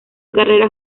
carrera